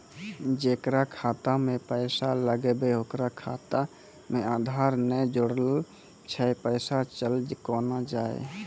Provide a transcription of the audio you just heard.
जेकरा खाता मैं पैसा लगेबे ओकर खाता मे आधार ने जोड़लऽ छै पैसा चल कोना जाए?